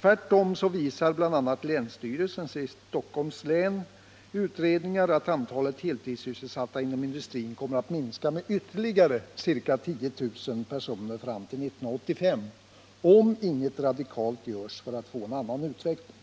Tvärtom visar bl.a. de utredningar som länsstyrelsen i Stockholms län gjort att antalet heltidsysselsatta inom industrin kommer att minska med ytterligare ca 10 000 personer fram till 1985, om inget radikalt görs för att få en annan utveckling.